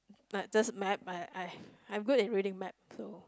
uh just map I I I'm good in reading map so